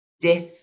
death